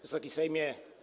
Wysoki Sejmie!